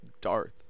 Darth